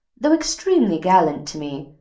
though extremely gallant to me,